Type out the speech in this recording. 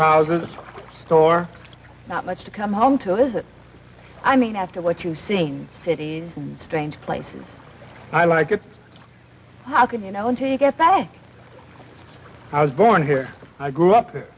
houses store not much to come home to is it i mean after what you seen cities and strange places i like it how can you know until you get that i was born here i grew up